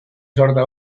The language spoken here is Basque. sorta